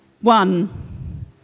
One